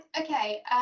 Okay